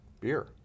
beer